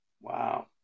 Wow